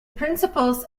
principles